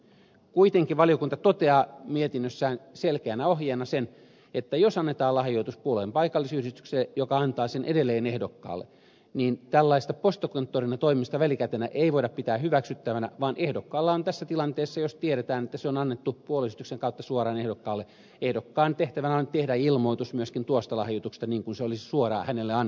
kuitenkin valiokunta toteaa mietinnössään selkeänä ohjeena sen että jos annetaan lahjoitus puolueen paikallisyhdistykselle joka antaa sen edelleen ehdokkaalle niin tällaista postikonttorina välikätenä toimimista ei voida pitää hyväksyttävänä vaan ehdokkaan tehtävänä on tässä tilanteessa jos tiedetään että lahjoitus on annettu puolueyhdistyksen kautta suoraan ehdokkaalle tehdä ilmoitus myöskin tuosta lahjoituksesta niin kuin se olisi suoraan hänelle annettu